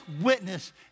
witness